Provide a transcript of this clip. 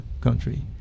country